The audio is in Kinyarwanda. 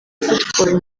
football